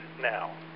now